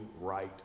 right